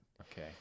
okay